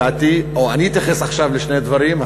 אני אתייחס עכשיו לשני דברים.